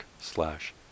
slash